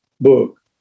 book